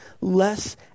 less